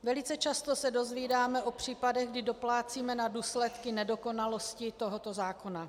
Velice často se dozvídáme o případech, kdy doplácíme na důsledky nedokonalosti tohoto zákona.